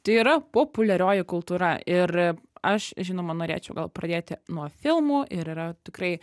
tai yra populiarioji kultūra ir aš žinoma norėčiau gal pradėti nuo filmų ir yra tikrai